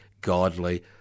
godly